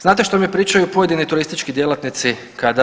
Znate što mi pričaju pojedini turistički djelatnici?